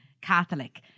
Catholic